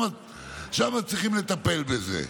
שמה צריכים לטפל בזה.